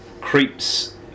creeps